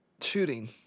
shooting